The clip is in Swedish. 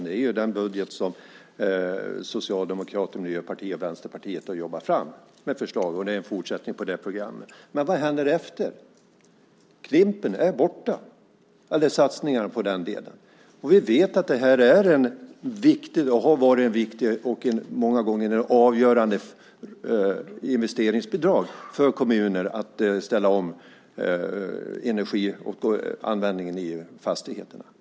Det är ju den budget som Socialdemokraterna, Miljöpartiet och Vänsterpartiet har jobbat fram och det är en fortsättning på det programmet. Men vad händer efteråt? Klimp:en och satsningarna på den delen är borta. Vi vet att det har varit ett viktigt och många gånger avgörande investeringsbidrag för kommuner att ställa om energianvändningen i fastigheterna.